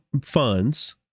funds